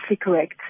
correct